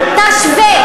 אל תשווה,